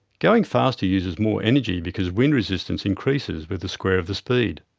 going faster uses more energy because wind resistance increases with the square of the speed.